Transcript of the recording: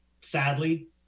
sadly